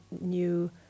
new